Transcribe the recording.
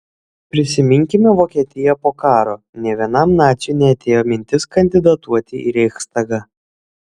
prisiminkime vokietiją po karo nė vienam naciui neatėjo mintis kandidatuoti į reichstagą